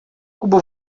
куба